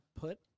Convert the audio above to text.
put